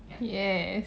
yes